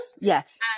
Yes